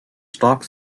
stock